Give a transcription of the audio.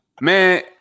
man